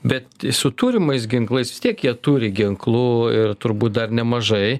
bet su turimais ginklais vis tiek jie turi ginklų ir turbūt dar nemažai